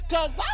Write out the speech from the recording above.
Cause